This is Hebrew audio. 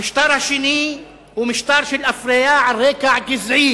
המשטר השני הוא משטר של אפליה על רקע גזעי